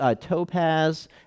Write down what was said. topaz